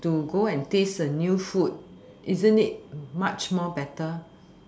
to go and taste a new food isn't it much more better